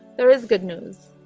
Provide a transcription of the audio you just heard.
there is good news,